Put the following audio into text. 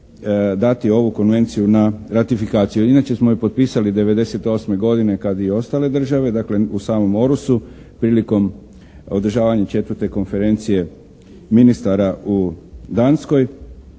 dati ovu Konvenciju na ratifikaciju. Inače smo je potpisali 98. godine, kad i ostale države, dakle u samom "orusu", prilikom održavanja 4. Konferencije ministara u Danskoj,